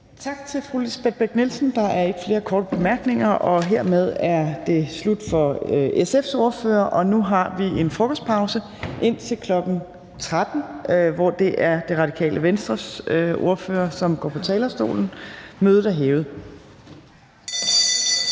Tak til fru Lisbeth Bech-Nielsen. Der er ikke flere korte bemærkninger til SF's ordfører. Nu har vi en frokostpause indtil kl. 13.00., hvor det er Radikale Venstres ordfører, som går på talerstolen. Jeg skal her